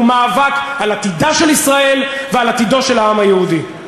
הוא מאבק על עתידה של ישראל ועל עתידו של העם היהודי.